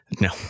No